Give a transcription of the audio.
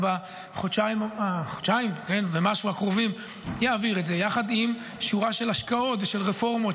ובחודשיים ומשהו הקרובים יעביר את זה יחד עם שורה של השקעות ושל רפורמות